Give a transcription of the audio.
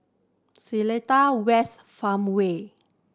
Seletar West Farmway